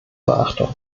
beachtung